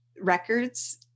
records